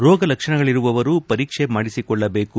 ರೋಗ ಲಕ್ಷಣಗಳಿರುವವರು ಪರೀಕ್ಷೆ ಮಾಡಿಸೊಳ್ಳಬೇಕು